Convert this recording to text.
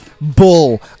Bull